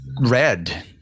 Red